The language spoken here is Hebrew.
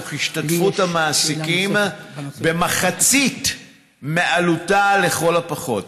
תוך השתתפות המעסיקים במחצית מעלותה לכל הפחות.